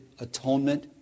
atonement